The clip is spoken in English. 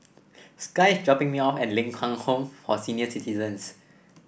Sky is dropping me off at Ling Kwang Home for Senior Citizens